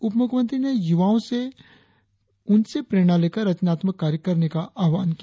उपमुख्यमंत्री ने यूवाओं से उनसे प्रेरणा लेकर रचनात्मक कार्य करने का आह्वान किया